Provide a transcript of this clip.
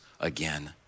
again